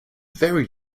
very